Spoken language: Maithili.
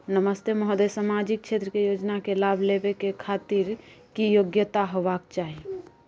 नमस्ते महोदय, सामाजिक क्षेत्र के योजना के लाभ लेबै के खातिर की योग्यता होबाक चाही?